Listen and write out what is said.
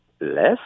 less